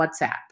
WhatsApp